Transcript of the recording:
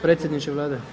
Predsjedniče Vlade,